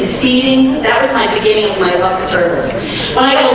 feeding that was my beginning of my love concerns by